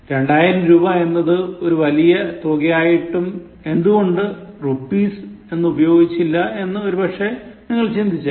രണ്ടായിരം രൂപ എന്നത് ഒരു വലിയ തുകയായിട്ടും എന്തുകൊണ്ട് rupees എന്നുപയോഗിക്കുന്നില്ല എന്ന് ഒരു പക്ഷേ നിങ്ങൾ ചിന്തിച്ചേക്കാം